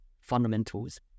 fundamentals